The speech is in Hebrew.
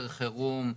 יותר חירום,